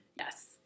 Yes